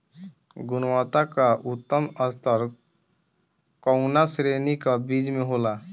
गुणवत्ता क उच्चतम स्तर कउना श्रेणी क बीज मे होला?